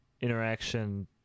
interaction